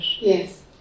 Yes